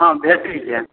हँ भेटैए